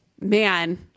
man